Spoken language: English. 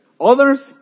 Others